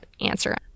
answer